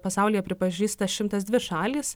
pasaulyje pripažįsta šimtas dvi šalys